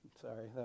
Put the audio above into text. Sorry